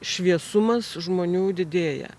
šviesumas žmonių didėja